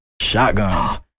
shotguns